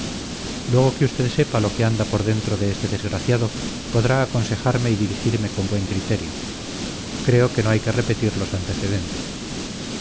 luego que usted sepa lo que anda por dentro de este desgraciado podrá aconsejarme y dirigirme con buen criterio creo que no hay que repetir los antecedentes